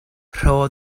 rho